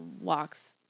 walks